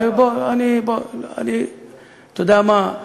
אתה יודע מה,